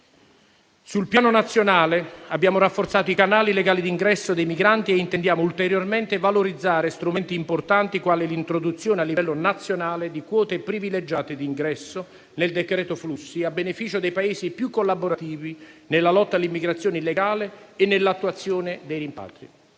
Sul piano nazionale, abbiamo rafforzato i canali legali di ingresso dei migranti e intendiamo ulteriormente valorizzare strumenti importanti quali l'introduzione, a livello nazionale, di quote privilegiate di ingresso, nel decreto flussi, a beneficio dei Paesi più collaborativi nella lotta all'immigrazione illegale e nell'attuazione dei rimpatri.